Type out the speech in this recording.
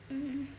mm